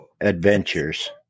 adventures